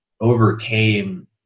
overcame